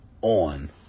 on